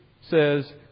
says